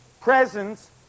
Presence